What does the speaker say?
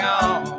on